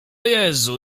jezu